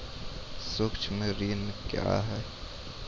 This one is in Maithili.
सुक्ष्म ऋण क्या हैं?